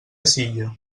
silla